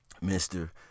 mister